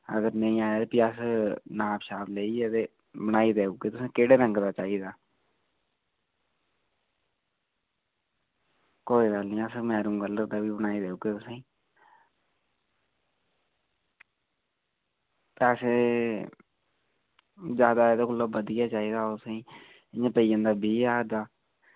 अगर नेईं आया भी अस नाप लेइयै ते बनाई देई ओड़गे तुसेंई केह्ड़े रंग दा चाहिदा कोई गल्ल निं अस मैरूम कलर दा बी बनाई देई ओड़गे तुसेंई पैसे जादा एह्दे कोला बधिया चाहिदा होग तुसेंई इ'यां पेई जंदा बीह् ज्हार दा